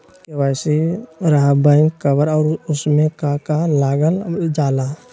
KYC रहा back cover और उसमें का का लागल जाला?